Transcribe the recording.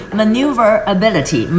maneuverability